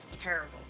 terrible